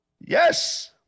Yes